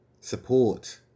support